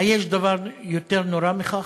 היש דבר יותר נורא מכך,